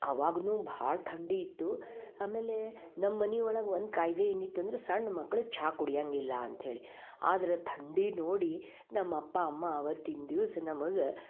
ಅವಾಗ್ನೂ ಭಾಳ ಥಂಡಿ ಇತ್ತು ಆಮೇಲೆ ನಮ್ಮನಿ ಒಳಗೆ ಒಂದು ಕಾಯ್ದೆ ಏನಿತ್ತಂದ್ರೆ ಸಣ್ಣ ಮಕ್ಳು ಚಾ ಕುಡಿಯಂಗಿಲ್ಲ ಅಂತ್ಹೇಳಿ ಆದ್ರೆ ಥಂಡಿ ನೋಡಿ ನಮ್ಮ ಅಪ್ಪ ಅಮ್ಮ ಅವತ್ತಿನ ದಿವ್ಸ ನಮಗೆ